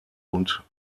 und